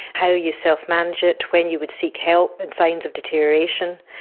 how you self-manage it, when you would seek help, and signs of deterioration.